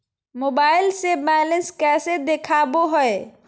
Mobile से balance कैसे देखाबो है?